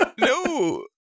No